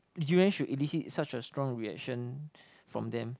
durian should elicit such a strong reaction from them